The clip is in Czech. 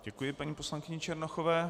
Děkuji paní poslankyni Černochové.